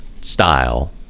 style